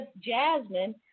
Jasmine